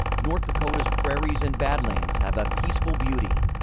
north dakota's prairies and badlands have a peaceful beauty.